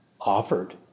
offered